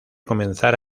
comenzar